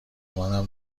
منم